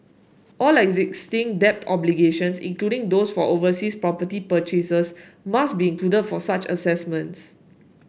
all existing debt obligations including those for overseas property purchases must be included for such assessments